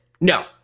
No